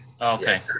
Okay